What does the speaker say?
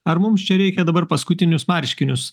ar mums čia reikia dabar paskutinius marškinius